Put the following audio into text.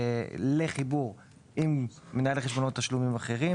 לחיבור על מנהלי חשבונות תשלומים אחרים